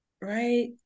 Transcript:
right